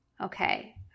Okay